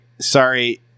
sorry